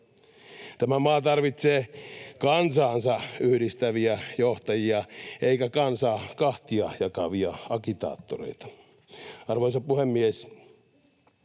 Tämä maa tarvitsee kansaansa yhdistäviä johtajia eikä kansaa kahtia jakavia agitaattoreita. Arvoisa puhemies!